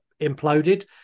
imploded